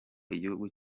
igihugu